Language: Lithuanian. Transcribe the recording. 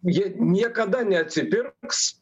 jie niekada neatsipirks